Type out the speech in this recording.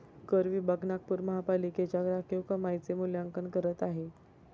कर विभाग नागपूर महानगरपालिकेच्या राखीव कमाईचे मूल्यांकन करत आहे